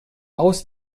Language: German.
aus